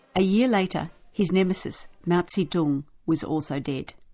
a year later, his nemesis, mao zedong, was also dead.